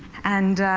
and